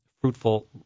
fruitful